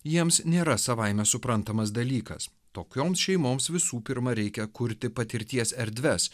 jiems nėra savaime suprantamas dalykas tokioms šeimoms visų pirma reikia kurti patirties erdves